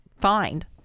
find